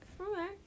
Okay